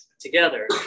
together